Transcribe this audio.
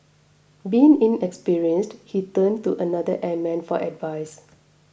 being inexperienced he turned to another airman for advice